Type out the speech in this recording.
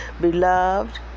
Beloved